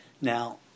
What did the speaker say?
Now